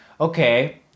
okay